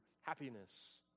happiness